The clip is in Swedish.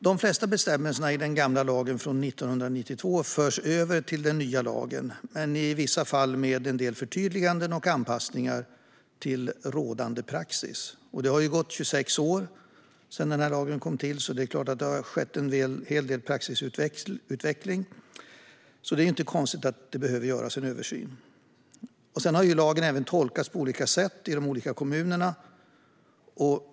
De flesta bestämmelser i den gamla lagen från 1992 förs över till den nya lagen, men i vissa fall med en del förtydliganden och anpassningar till rådande praxis. Det har ju gått 26 år sedan lagen kom till och skett en hel del praxisutveckling, så det är inte konstigt att det behöver göras en översyn. Lagen har även tolkats på olika sätt i de olika kommunerna.